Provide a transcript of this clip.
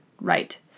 right